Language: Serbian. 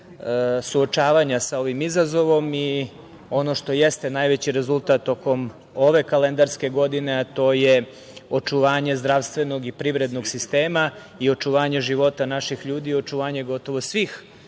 suočavanja sa ovim izazovom. Ono što jeste najveći rezultat tokom ove kalendarske godine, a to je očuvanje zdravstvenog i privrednog sistema i očuvanje života naših ljudi i očuvanje gotovo svih